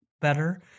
better